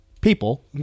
people